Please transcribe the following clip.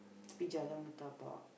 tapi jalan pun tak bawak